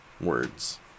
words